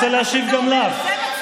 כל מה שאתה אומר,